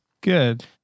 Good